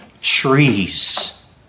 trees